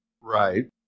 Right